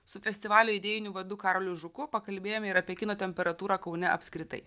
su festivalio idėjiniu vadu karoliu žuku pakalbėjome ir apie kino temperatūrą kaune apskritai